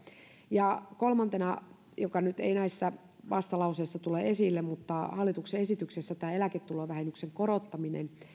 kolmantena se mikä nyt ei näissä vastalauseissa tule esille mutta on hallituksen esityksessä eläketulovähennyksen korottaminen